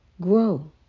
Grow